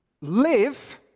Live